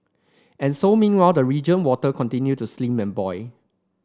and so meanwhile the region water continue to slimmer and boil